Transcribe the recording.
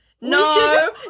No